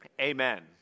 Amen